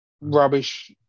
rubbish